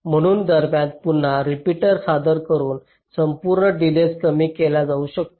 म्हणून दरम्यान पुन्हा रिपीटर सादर करून संपूर्ण डिलेज कमी केला जाऊ शकतो